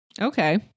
Okay